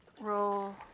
roll